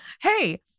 hey